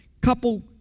couple